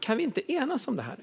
Kan vi inte enas om det här nu?